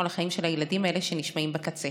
על החיים של הילדים האלה שנמצאים בקצה.